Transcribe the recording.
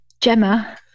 gemma